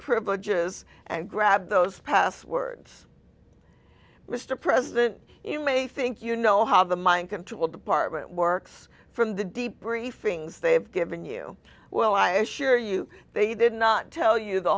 privileges and grab those passwords mr president you may think you know how the mind control department works from the deep briefings they have given you well i assure you they did not tell you the